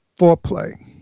foreplay